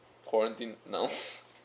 quarantine now